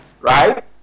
right